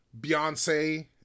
Beyonce